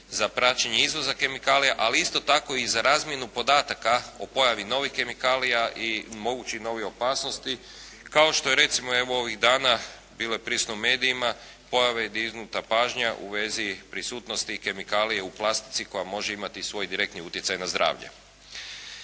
za praćenje izvoza kemikalija, ali isto tako i za razmjenu podataka o pojavi novih kemikalija i mogućih novih opasnosti kao što je recimo evo ovih dana bilo je prisutno u medijima, ponovo je dignuta pažnja u vezi prisutnosti kemikalije u plastici koja može imati svoj direktni utjecaj na zdravlje.